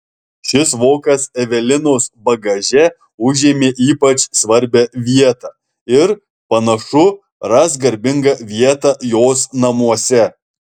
šis vokas evelinos bagaže užėmė ypač svarbią vietą ir panašu ras garbingą vietą jos namuose